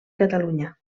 catalunya